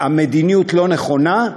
שהמדיניות לא נכונה,